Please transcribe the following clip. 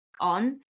on